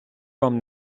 вам